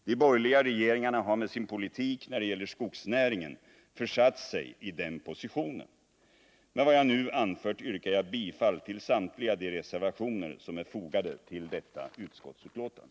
De borgerliga regeringarna har med sin politik när det gäller skogsnäringen försatt sig i den positionen. Med vad jag nu anfört yrkar jag bifall till samtliga de reservationer som är fogade till detta utskottsbetänkande.